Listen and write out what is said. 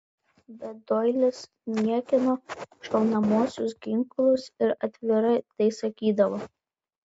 bet doilis niekino šaunamuosius ginklus ir atvirai tai sakydavo